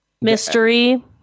mystery